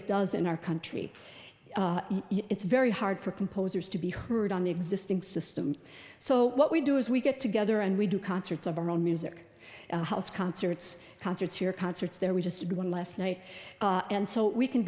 it does in our country it's very hard for composers to be heard on the existing system so what we do is we get together and we do concerts of our own music house concerts concerts here concerts there we just did one last night and so we can